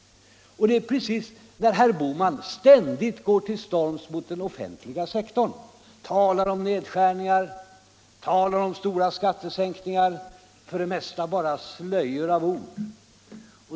När herr Bohman ständigt går till storms mot den offentliga sektorn, talar om nedskärningar och om stora skattesänkningar, är det för det mesta bara slöjor av ord.